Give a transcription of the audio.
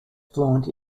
fluent